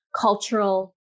cultural